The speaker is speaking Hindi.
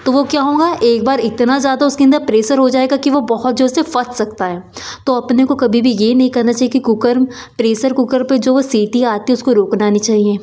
तो वह क्या होगा एक बार इतना ज़्यादा उसके अंदर प्रेसर हो जाएगा कि वह बहुत जोर से फट सकता है तो अपने को कभी भी यह नहीं करना चाहिए कि कुकर प्रेसर कुकर पर जो सिटी आती है उसको रोकना नहीं चाहिए